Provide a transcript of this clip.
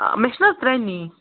آ مےٚ چھ نہٕ حظ ترٛےٚ نِنۍ